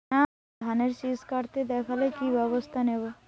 ধানের শিষ কাটতে দেখালে কি ব্যবস্থা নেব?